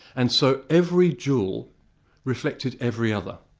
and so every jewel reflected every other.